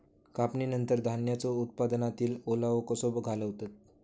कापणीनंतर धान्यांचो उत्पादनातील ओलावो कसो घालवतत?